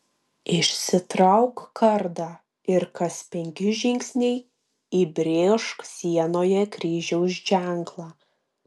išsitrauk kardą ir kas penki žingsniai įbrėžk sienoje kryžiaus ženklą